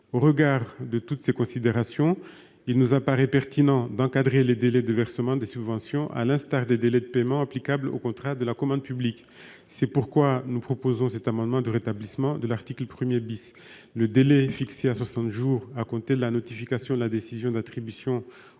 Au regard de toutes ces considérations, il nous paraît pertinent d'encadrer les délais de versement des subventions, sur le modèle des délais de paiement applicables aux contrats de la commande publique. C'est pourquoi nous proposons, au travers de cet amendement, de rétablir l'article 1 . Le délai, fixé à soixante jours à compter de la notification de la décision d'attribution